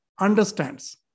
understands